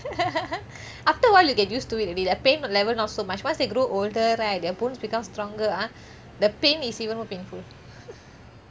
after awhile you get used to it already the pain level not so much once they grow older right their bones become stronger ah the pain is even more painful